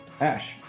Ash